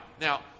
now